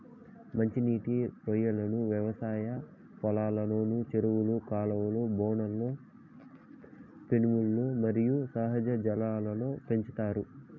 మంచి నీటి రొయ్యలను వ్యవసాయ పొలంలో, చెరువులు, కాలువలు, బోనులు, పెన్నులు మరియు సహజ జలాల్లో పెంచుతారు